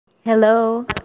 Hello